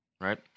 Right